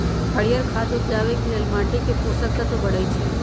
हरियर खाद उपजाके लेल माटीके पोषक तत्व बढ़बइ छइ